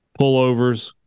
pullovers